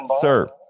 Sir